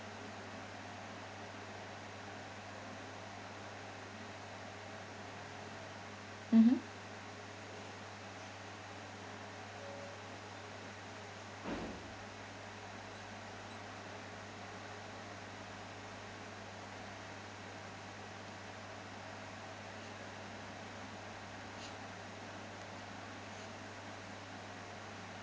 mmhmm